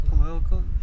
political